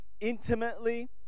intimately